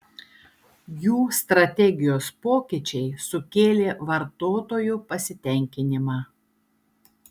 jų strategijos pokyčiai sukėlė vartotojų pasitenkinimą